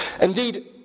Indeed